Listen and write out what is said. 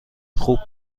خوب